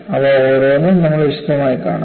അവ ഓരോന്നും നമ്മൾ വിശദമായി കാണും